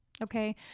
Okay